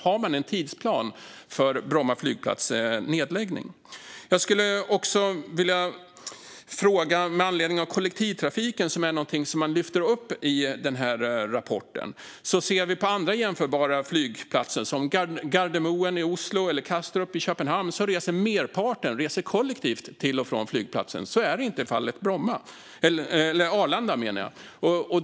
Har man en tidsplan för Bromma flygplats nedläggning? Kollektivtrafiken är någonting som lyfts upp i denna rapport. När det gäller andra jämförbara flygplatser, som Gardermoen i Oslo eller Kastrup i Köpenhamn, reser merparten kollektivt till och från flygplatsen. Så är det inte i fallet Arlanda.